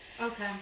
Okay